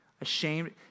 Ashamed